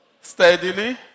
steadily